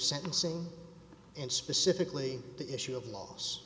sentencing and specifically the issue of loss